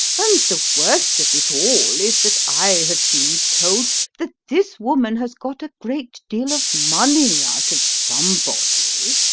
and the worst of it all is that i have been told that this woman has got a great deal of money out of somebody,